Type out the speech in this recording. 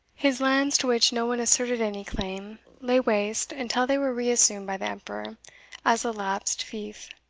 his lands, to which no one asserted any claim, lay waste until they were reassumed by the emperor as a lapsed fief,